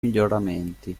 miglioramenti